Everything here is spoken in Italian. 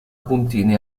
puntini